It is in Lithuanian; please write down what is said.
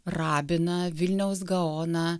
rabiną vilniaus gaoną